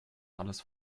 alles